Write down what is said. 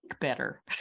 better